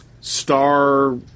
star